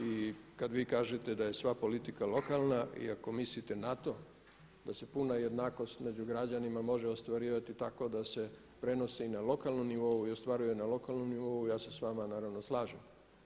I kad vi kažete da je sva politika lokalna i ako mislite na to da se puna jednakost među građanima može ostvarivati tako da se prenosi na lokalnom nivou i ostvaruje na lokalnom nivou ja se s vama naravno slažem.